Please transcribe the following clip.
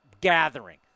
Gathering